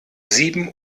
sieben